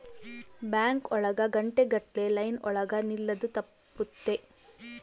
bank ಒಳಗ ಗಂಟೆ ಗಟ್ಲೆ ಲೈನ್ ಒಳಗ ನಿಲ್ಲದು ತಪ್ಪುತ್ತೆ